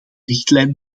richtlijn